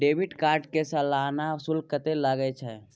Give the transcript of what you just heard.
Debit card के सालाना शुल्क कत्ते लगे छै?